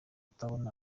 atabona